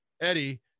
eddie